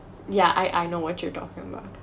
yeah I I know what you're talking about